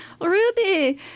Ruby